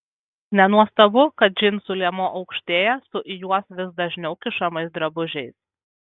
nenuostabu kad džinsų liemuo aukštėja su į juos vis dažniau kišamais drabužiais